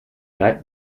bleibt